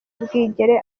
bwigere